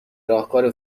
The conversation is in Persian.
راهکار